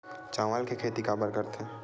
चावल के खेती काबर करथे?